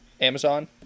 amazon